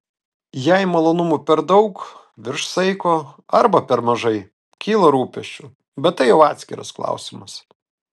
jei malonumų per daug virš saiko arba per mažai kyla rūpesčių bet tai jau atskiras klausimas